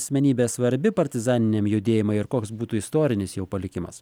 asmenybė svarbi partizaniniam judėjimui ir koks būtų istorinis jo palikimas